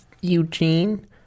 eugene